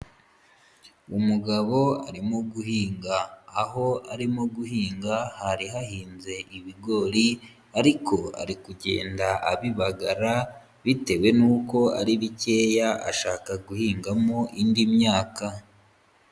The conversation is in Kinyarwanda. Umugabo arimo guhinga aho arimo guhinga hari hahinze ibigori, ariko ari kugenda abibagara bitewe n'uko ari bikeya ashaka guhingamo indi myaka.